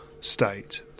state